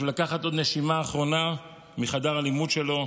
בשביל לקחת עוד נשימה אחרונה מחדר הלימוד שלו,